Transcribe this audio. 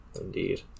Indeed